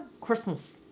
Christmas